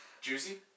Juicy